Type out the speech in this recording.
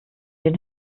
den